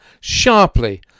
sharply